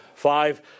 Five